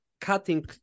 cutting